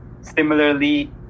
similarly